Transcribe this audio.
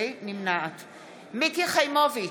מיקי חיימוביץ'